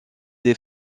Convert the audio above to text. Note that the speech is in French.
des